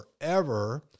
forever